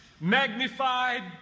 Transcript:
magnified